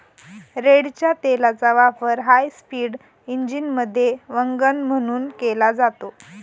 रेडच्या तेलाचा वापर हायस्पीड इंजिनमध्ये वंगण म्हणून केला जातो